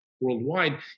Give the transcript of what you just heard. worldwide